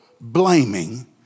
blaming